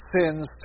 sins